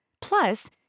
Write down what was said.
Plus